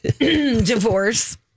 divorce